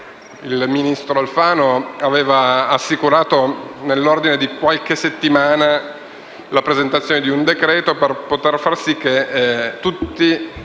il ministro Alfano aveva assicurato nel giro di qualche settimana la presentazione di un decreto-legge per poter far sì che tutte